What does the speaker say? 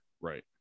Right